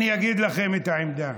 אני אגיד לכם את העמדה: